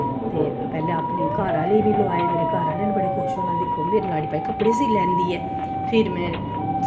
ते पैह्ले अपने घर आह्ले बी लोआए मेरे घर आह्ले ने बी बड़े खुश होना दिक्खो मेरी लाड़ी भाई कपड़े सीऽ लैंदी ऐ फिर मेरे